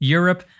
Europe